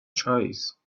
choice